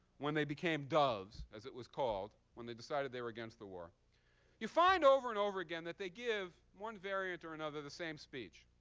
when they became doves, as it was called when they decided they were against the war you find over and over again that they give one variant or another of the same speech.